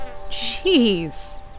Jeez